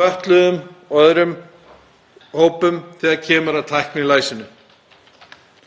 fötluðum og öðrum hópum, þegar kemur að tæknilæsi.